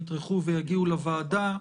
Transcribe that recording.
יטרחו ויגיעו לוועדה.